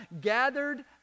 gathered